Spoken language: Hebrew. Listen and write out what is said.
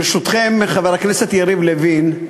ברשותכם, חבר הכנסת יריב לוין,